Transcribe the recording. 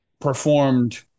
performed –